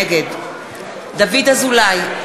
נגד דוד אזולאי,